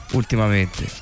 ultimamente